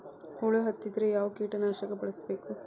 ಹುಳು ಹತ್ತಿದ್ರೆ ಯಾವ ಕೇಟನಾಶಕ ಬಳಸಬೇಕ?